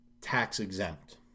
tax-exempt